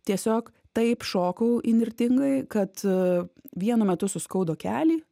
tiesiog taip šokau įnirtingai kad vienu metu suskaudo kelį